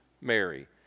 Mary